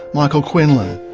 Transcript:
michael quinlan